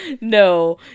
No